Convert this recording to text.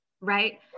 right